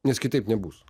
nes kitaip nebus